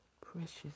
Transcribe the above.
Precious